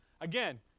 again